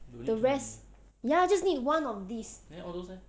the rest ya just need one of these